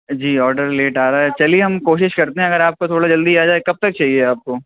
جی order late آ رہا ہے چلیے ہم کوشش کرتے ہیں اگر آپ کا تھوڑا جلدی آ جائے کب تک چاہیے آپ کو